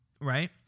Right